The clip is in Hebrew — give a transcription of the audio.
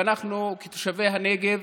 ואנחנו, כתושבי הנגב,